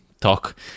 talk